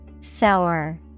sour